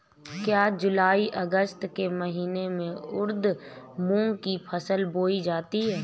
क्या जूलाई अगस्त के महीने में उर्द मूंग की फसल बोई जाती है?